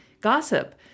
gossip